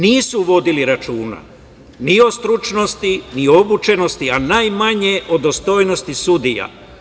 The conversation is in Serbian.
Nisu vodili računa ni o stručnosti, ni o obučenosti, a najmanje o dostojnosti sudija.